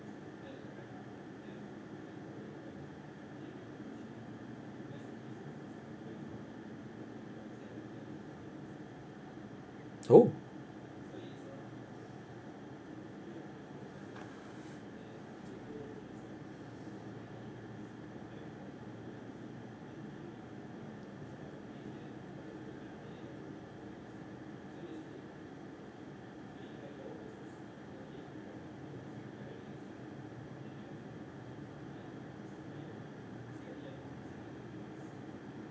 oh